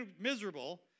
miserable